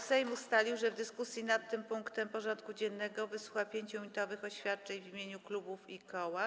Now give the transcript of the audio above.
Sejm ustalił, że w dyskusji nad tym punktem porządku dziennego wysłucha 5-minutowych oświadczeń w imieniu klubów i koła.